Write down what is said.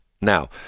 Now